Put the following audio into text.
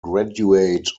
graduate